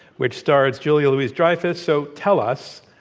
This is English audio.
which stars julia louise-dreyfus. so tell us,